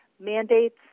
mandates